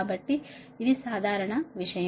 కాబట్టి ఇది సాధారణ విషయం